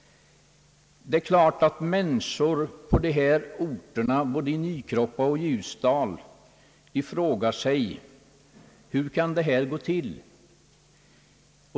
Det är klart att människor på dessa orter, både i Nykroppa och i Ljusdal, frågar sig hur det kan gå till på detta sätt.